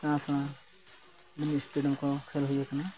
ᱥᱮᱬᱟ ᱥᱮᱬᱟ ᱥᱴᱮᱰᱤᱭᱟᱢ ᱠᱚ ᱠᱷᱮᱞ ᱦᱩᱭ ᱟᱠᱟᱱᱟ